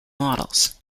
models